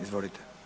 Izvolite.